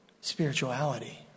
spirituality